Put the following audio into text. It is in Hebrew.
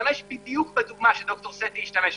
להשתמש בדיוק בדוגמה שד"ר סטי השתמש בה: